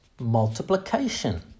multiplication